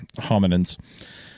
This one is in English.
hominins